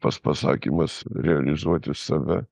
tas pasakymas realizuoti save